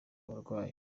abarwayi